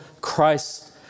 Christ